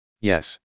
Yes